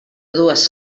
dues